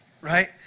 right